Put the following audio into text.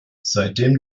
seitdem